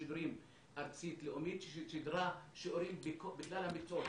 שיעורים ארצית לאומית ששידרה שיעורים בכלל המקצועות.